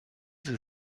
sie